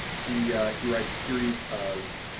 he he writes a series of